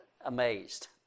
amazed